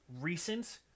recent